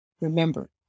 Remember